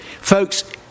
Folks